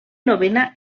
novena